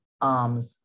arms